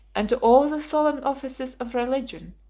and to all the solemn offices of religion,